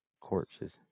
corpses